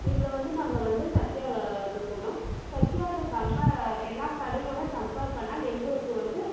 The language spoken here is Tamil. இதில் வந்து நாங்கள் வந்து சத்யாவுக்குப் போனோம் சத்யாவுக்கு கம்ப்பே எல்லாக் கடையோடய கம்ப்பேர் பண்ணால் எங்களுக்கு வந்து